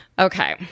Okay